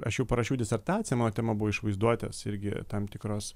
aš jau parašiau disertaciją mano tema buvo iš vaizduotės irgi tam tikros